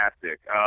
fantastic